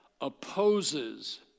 opposes